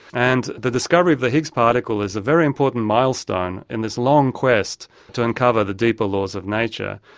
and the discovery of the higgs particle is a very important milestone in this long quest to uncover the deeper laws of nature.